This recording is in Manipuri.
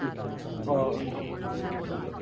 ꯎꯝ ꯑꯣꯑꯣ